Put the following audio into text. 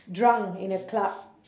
drunk in a club